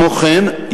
כמו כן,